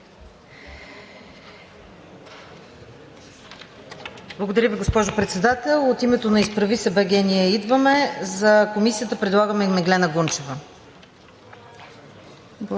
Благодаря Ви, госпожо Председател. От името на „Изправи се БГ! Ние идваме!“ за Комисията предлагаме Меглена Гунчева.